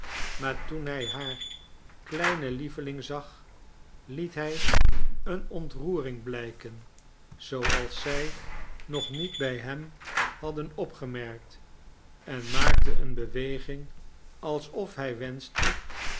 maar toen hij haar kleinen lieveling zag liet hij eene ontroering blijken zooals zij nog niet bij hem hadden opgemerkt en maakte eene beweging alsof hij wenschte